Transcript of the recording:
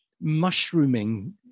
mushrooming